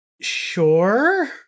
sure